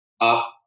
up